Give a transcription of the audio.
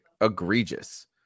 egregious